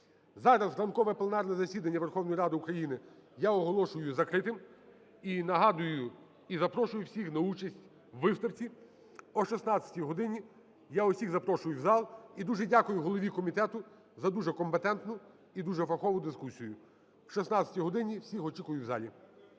Зараз ранкове пленарне засідання Верховної Ради України я оголошую закритим. І нагадую, і запрошую всіх на участь в виставці. О 16 годині я всіх запрошую в зал. І дуже дякую голові комітету за дуже компетентну і дуже фахову дискусію. В 16 годині всіх очікую в залі.